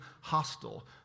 hostile